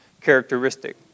characteristic